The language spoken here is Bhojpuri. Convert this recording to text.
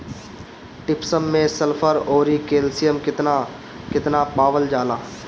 जिप्सम मैं सल्फर औरी कैलशियम कितना कितना पावल जाला?